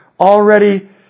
already